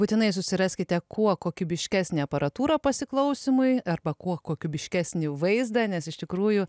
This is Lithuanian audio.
būtinai susiraskite kuo kokybiškesnę aparatūrą pasiklausymui arba kuo kokybiškesnį vaizdą nes iš tikrųjų